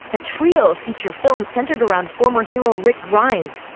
a trio of feature films centered around former hero rick grimes,